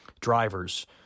drivers